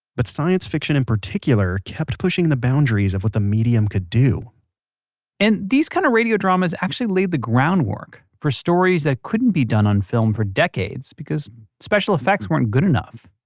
but science fiction in particular kept pushing the boundaries of what the medium could do and these kind of radio dramas laid the groundwork for stories that couldn't be done on film for decades because special effects weren't good enough.